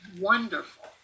wonderful